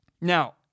Now